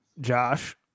Josh